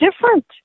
different